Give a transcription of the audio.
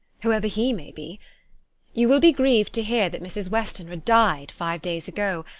whoever he may be you will be grieved to hear that mrs. westenra died five days ago,